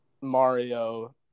Mario